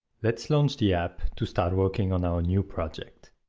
let's launch the app to start working on our new project.